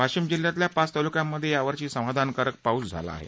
वाशिम जिल्ह्यातल्या पाच तालुक्यांमध्ये या वर्षी समाधानकारक पाऊस झाला आहे